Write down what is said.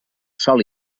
sol